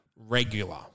regular